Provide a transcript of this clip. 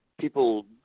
people